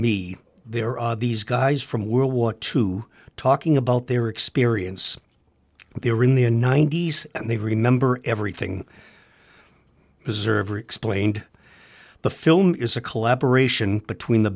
me there are these guys from world war two talking about their experience they were in the ninety's and they remember everything preserver explained the film is a collaboration between the